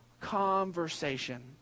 conversation